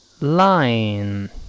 line